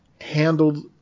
handled